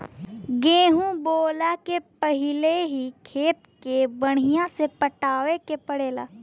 गेंहू बोअला के पहिले ही खेत के बढ़िया से पटावे के पड़ेला